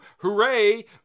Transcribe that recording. hooray